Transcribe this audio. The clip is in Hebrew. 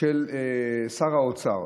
של שר האוצר